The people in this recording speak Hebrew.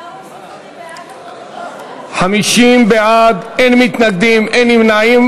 ההצעה להעביר את הצעת חוק המרכז לגביית קנסות,